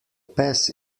pes